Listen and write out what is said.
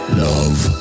love